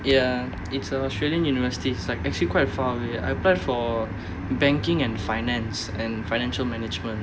ya it's a australian university it's like actually quite far I applied for banking and finance and financial management